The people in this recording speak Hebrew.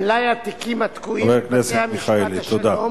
מלאי התיקים התקועים בבתי-משפט השלום